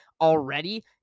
already